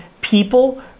people